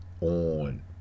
on